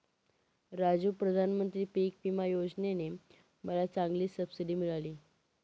राजू प्रधानमंत्री पिक विमा योजने ने मला चांगली सबसिडी मिळाली